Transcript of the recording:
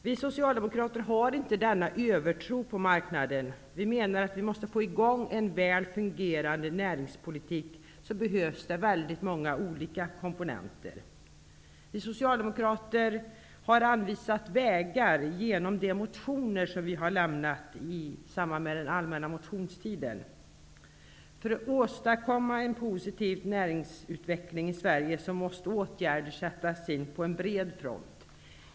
Vi socialdemokrater har inte denna övertro på marknaden. Vi menar att det, för att få i gång en väl fungerande näringspolitik, behövs många olika komponenter. Vi socialdemokrater har anvisat vägar genom de motioner som vi har väckt i samband med den allmänna motionstiden. För att åstadkomma en positiv näringsutveckling i Sverige måste åtgärder vidtas på en bred front.